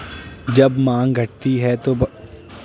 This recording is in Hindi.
जब माँग घटती है तो बाजार मूल्य भी घट जाता है